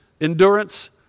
endurance